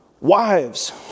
Wives